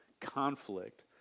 conflict